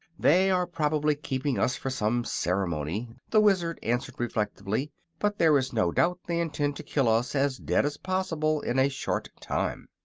they are probably keeping us for some ceremony, the wizard answered, reflectively but there is no doubt they intend to kill us as dead as possible in a short time.